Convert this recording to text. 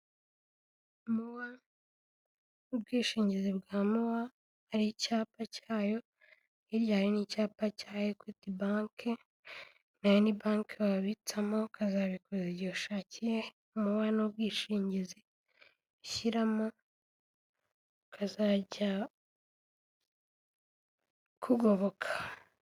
Muwa, ubwishingizi bwa muwa, hari icyapa cyayo, hirya hari n'icyapa cya Equity bank nayo ni bank wabitsamo, ukazabikuza igihe ushakiye. Muwa n'ubwishingizi ushyiramo ukazajya kugoboka.